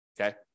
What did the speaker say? okay